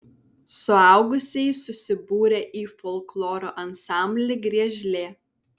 suaugusieji susibūrę į folkloro ansamblį griežlė